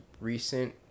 recent